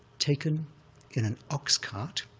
taken in an oxcart,